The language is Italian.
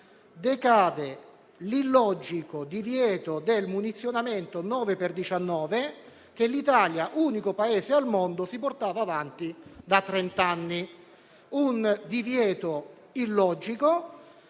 decade l'illogico divieto del munizionamento 9 per 19 che l'Italia, unico Paese al mondo, si portava avanti da trenta anni. Un divieto illogico,